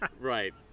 right